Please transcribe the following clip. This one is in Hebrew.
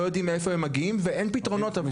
לא יודעים מאיפה הם מגיעים ואין פתרונות עבורם.